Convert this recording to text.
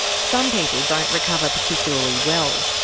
some people don't recover particularly well.